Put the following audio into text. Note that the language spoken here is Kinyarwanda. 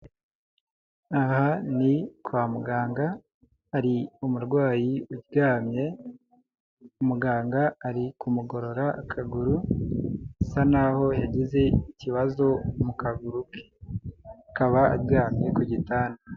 Aha ni kwa muganga, hari umurwayi uryamye, muganga ari kumugorora akaguru bisa n'aho yagize ikibazo mu kaguru ke, akaba aryamye ku gitanda.